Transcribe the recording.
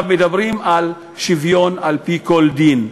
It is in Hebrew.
מדברים על שוויון על-פי כל דין.